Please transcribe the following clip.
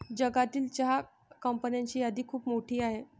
जगातील चहा कंपन्यांची यादी खूप मोठी आहे